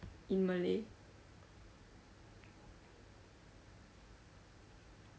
in malay